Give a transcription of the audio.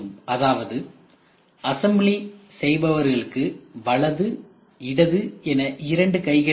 அதாவது அசம்பிளி செய்பவர்களுக்கு வலது இடது என இரண்டு கைகள் இருக்கும்